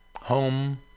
Home